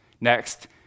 Next